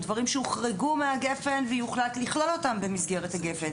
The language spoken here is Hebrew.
דברים שהוחרגו מגפ"ן ויוחלט לכלול אותם במסגרת גפ"ן.